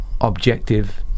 objective